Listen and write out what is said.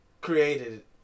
created